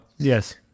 Yes